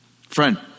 Friend